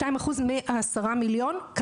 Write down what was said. של 52% מ-10 מיליון ₪,